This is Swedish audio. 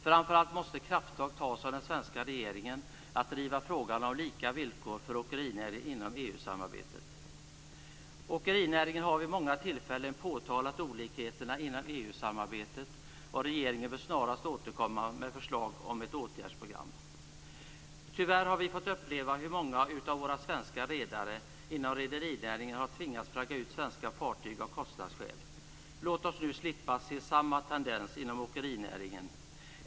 Framför allt måste krafttag tas av den svenska regeringen när det gäller att driva frågan om lika villkor för åkerinäringen inom EU Åkerinäringen har vid många tillfällen påtalat olikheterna inom EU-samarbetet, och regeringen bör snarast återkomma med förslag till ett åtgärdsprogram. Tyvärr har vi fått uppleva hur många av våra svenska redare inom rederinäringen har tvingats att flagga ut svenska fartyg av kostnadsskäl. Låt oss nu slippa se samma tendens inom åkerinäringen.